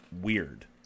weird